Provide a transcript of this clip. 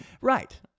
Right